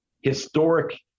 historic